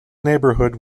neighbourhood